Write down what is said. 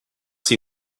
sie